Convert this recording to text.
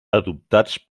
adoptats